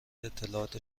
اطلاعات